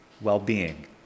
well-being